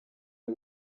uru